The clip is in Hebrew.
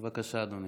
בבקשה, אדוני.